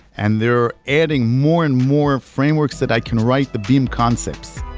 and they're adding more and more frameworks that i can write the beam concepts